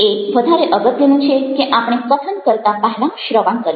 એ વધારે અગત્યનું છે કે આપણે કથન કરતાં પહેલાં શ્રવણ કરીએ